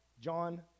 John